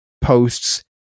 posts